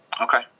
Okay